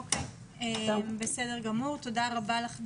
תודה רבה.